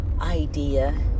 idea